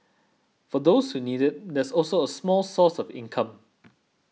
for those who need it there's also a small source of income